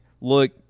look